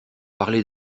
parler